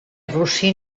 rossí